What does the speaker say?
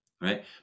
right